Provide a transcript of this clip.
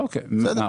אוקיי.